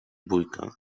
bójka